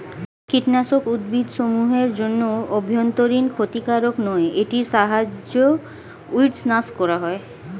কীটনাশক উদ্ভিদসমূহ এর জন্য অভ্যন্তরীন ক্ষতিকারক নয় এটির সাহায্যে উইড্স নাস করা হয়